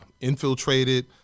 infiltrated